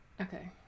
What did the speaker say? okay